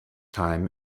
time